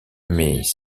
mais